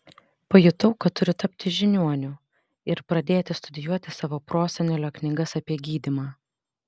pajutau kad turiu tapti žiniuoniu ir pradėti studijuoti savo prosenelio knygas apie gydymą